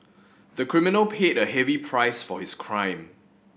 the criminal paid a heavy price for his crime